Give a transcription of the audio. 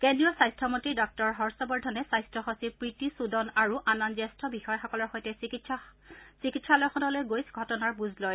কেন্দ্ৰীয় স্বাস্থ্য মন্ত্ৰী ডাঃ হৰ্ষবৰ্ধনে স্বাস্থ্যসচিব প্ৰীতি সুদন আৰু আন আন জ্যেষ্ঠ বিষয়াসকলৰ সৈতে চিকিৎসালয়খনলৈ গৈ ঘটনাৰ বুজ লয়